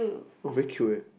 oh very cute eh